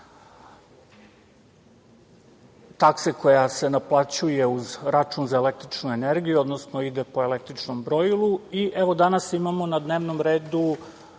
takse koja se naplaćuje uz račun za električnu energiju, odnosno ide po električnom brojilu. Danas imamo na dnevnom redu